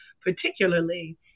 particularly